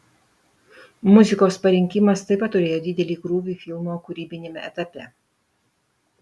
muzikos parinkimas taip pat turėjo didelį krūvį filmo kūrybiniame etape